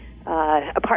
apartment